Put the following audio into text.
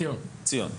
ציון,